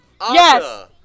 Yes